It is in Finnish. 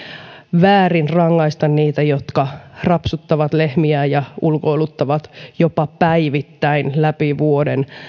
väärin rangaista niitä jotka rapsuttavat lehmiä ja ulkoiluttavat jopa päivittäin läpi vuoden